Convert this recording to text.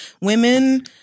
women